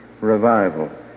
revival